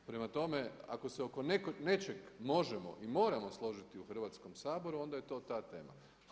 Prema tome, ako se oko nečeg možemo i moramo složiti u Hrvatskom saboru, onda je to ta tema.